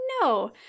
no